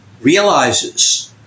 realizes